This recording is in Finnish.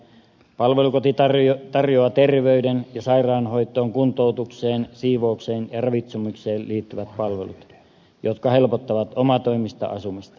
palvelukoti tarjoaa terveyden ja sairaanhoitoon kuntoutukseen siivoukseen ja ravitsemukseen liittyvät palvelut jotka helpottavat omatoimista asumista